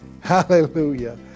Hallelujah